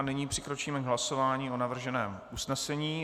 Nyní přikročíme k hlasování o navrženém usnesení.